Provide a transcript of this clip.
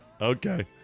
Okay